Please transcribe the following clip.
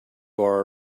bar